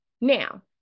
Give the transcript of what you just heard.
Now